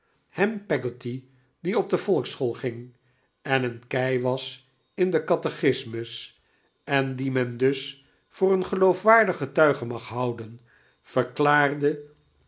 ham peggotty die op de volksschool ging en een kei was in den catechismus en dien men dus voor een geloofwaardig getuige mag hoaden verklaarde